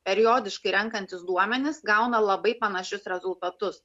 periodiškai renkantys duomenis gauna labai panašius rezultatus